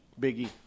Biggie